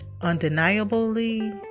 Undeniably